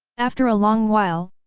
after a long while,